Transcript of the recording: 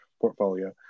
portfolio